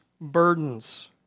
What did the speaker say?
burdens